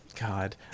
God